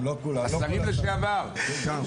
שם זה 100% כמעט.